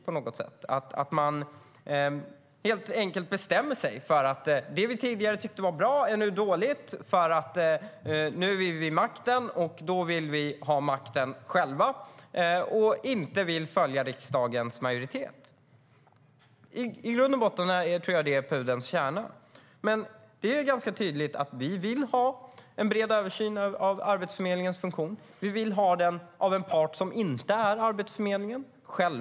Man bestämmer sig helt enkelt för att det man tidigare tyckte var bra nu är dåligt därför att man nu är vid makten, och då vill man ha makten själv och inte följa riksdagens majoritet. I grund och botten är det pudelns kärna. Det är tydligt att vi vill ha en bred översyn av Arbetsförmedlingens funktion. Vi vill ha den av en part som inte är Arbetsförmedlingen.